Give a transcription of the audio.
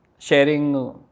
sharing